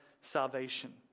salvation